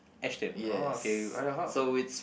Ashton oh okay